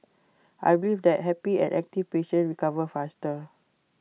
I believe that happy and active patients recover faster